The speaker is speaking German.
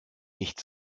nicht